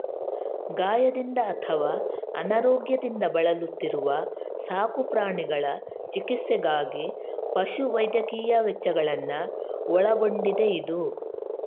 ಗಾಯದಿಂದ ಅಥವಾ ಅನಾರೋಗ್ಯದಿಂದ ಬಳಲುತ್ತಿರುವ ಸಾಕು ಪ್ರಾಣಿಗಳ ಚಿಕಿತ್ಸೆಗಾಗಿ ಪಶು ವೈದ್ಯಕೀಯ ವೆಚ್ಚಗಳನ್ನ ಒಳಗೊಂಡಿದೆಯಿದು